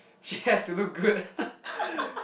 she has to look good